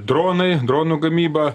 dronai dronų gamyba